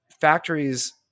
factories